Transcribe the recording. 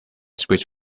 switch